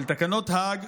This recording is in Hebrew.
של תקנות האג,